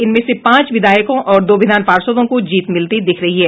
इनमें से पांच विधायकों और दो विधान पार्षदों को जीत मिलती दिख रही है